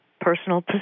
personal